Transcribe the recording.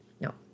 No